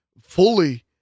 fully